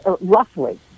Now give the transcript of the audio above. roughly